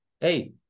hey